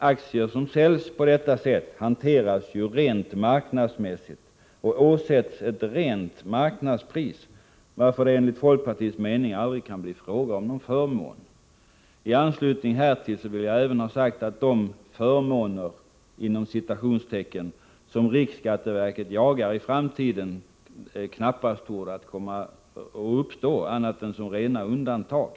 Aktier som säljs på detta sätt hanteras ju rent marknadsmässigt och åsätts ett rent marknadspris, varför det enligt folkpartiets mening aldrig kan bli fråga om någon förmån. I anslutning härtill vill jag även ha sagt att de ”förmåner” som riksskatteverket i framtiden jagar knappast torde komma att uppstå annat än som rena undantag.